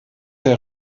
der